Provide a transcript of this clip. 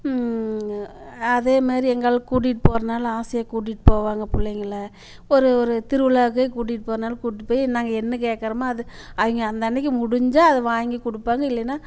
அதேமாதிரி எங்கனா கூட்டிகிட்டு போகிறதுனாலும் ஆசையாக கூட்டிகிட்டு போவாங்க பிள்ளைங்கள ஒரு ஒரு திருவிழாக்கே கூட்டிகிட்டு போகிறதுனாலும் கூட்டிகிட்டு போய் நாங்கள் என்ன கேட்குறமோ அது அவங்க அந்தன்றைக்கு முடிஞ்சால் அதை வாங்கி கொடுப்பாங்க இல்லைன்னா